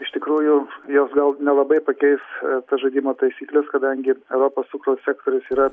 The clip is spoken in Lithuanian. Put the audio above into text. iš tikrųjų jos gal nelabai pakeis tas žaidimo taisykles kadangi europos cukraus sektorius yra